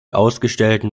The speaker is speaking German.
ausgestellten